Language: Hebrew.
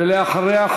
ואחריה,